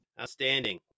Outstanding